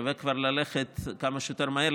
שווה לסיים את הפרויקט כמה שיותר מהר,